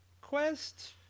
quest